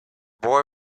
boy